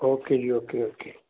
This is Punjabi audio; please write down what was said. okay ji okay okay